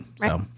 Right